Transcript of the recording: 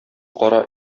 кара